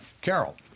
Carol